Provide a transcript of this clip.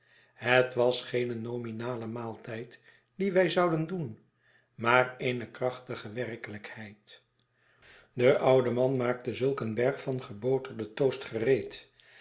het was geen nominale maaltijd dien wij zouden doen maar eene krachtige werkelijkheid de oude man maakte zulk een berg van geboterden toast gereed